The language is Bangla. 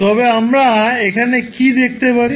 তবে আমরা এখানে কি দেখতে পারি